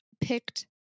picked